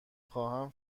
خواهم